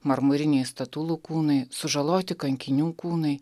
marmuriniai statulų kūnai sužaloti kankinių kūnai